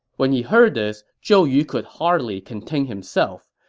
when he heard this, zhou yu could hardly contain himself.